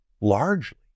largely